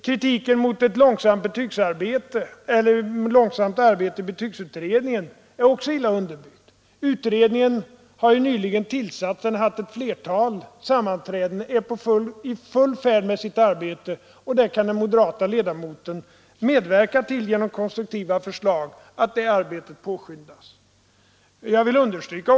Likaså är kritiken mot det långsamma arbetet i betygsutreningen illa underbyggd. Utredningen har ju tillsatts nyligen men har haft ett flertal sammanträden och är i full gång med sitt arbete. Där kan den moderate ledamoten genom konstruktiva förslag medverka ytterligare till att arbetet påskyndas.